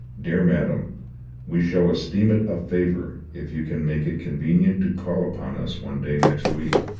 dear madam we shall esteem it a favour if you can make it convenient to call upon us one day next week,